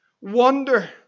wonder